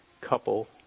couple